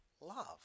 love